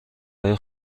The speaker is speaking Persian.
های